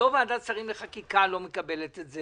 אז גם 49(ה) פותרים לך את הבעיה גם